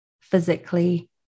physically